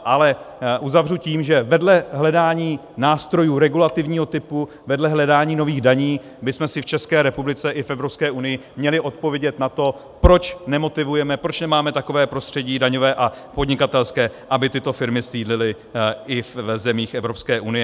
Ale uzavřu to tím, že vedle hledání nástrojů regulativního typu, vedle hledání nových daní bychom si v České republice i v Evropské unii měli odpovědět na to, proč nemotivujeme, proč nemáme takové prostředí daňové a podnikatelské, aby tyto firmy sídlily i v zemích Evropské unie.